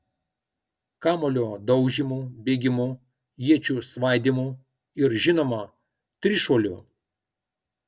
kamuolio daužymu bėgimu iečių svaidymu ir žinoma trišuoliu